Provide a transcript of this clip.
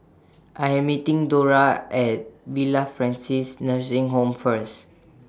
I Am meeting Dora At Villa Francis Nursing Home First